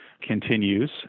continues